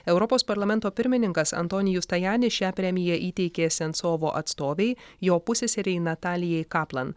europos parlamento pirmininkas antonijus tajani šią premiją įteikė sensovo atstovei jo pusseserei natalijai kaplan